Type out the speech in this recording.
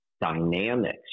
dynamics